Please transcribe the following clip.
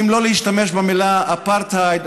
אם לא להשתמש במילה אפרטהייד,